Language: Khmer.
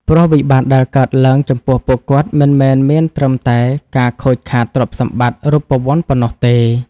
ព្រោះវិបត្តិដែលកើតឡើងចំពោះពួកគាត់មិនមែនមានត្រឹមតែការខូចខាតទ្រព្យសម្បត្តិរូបវន្តប៉ុណ្ណោះទេ។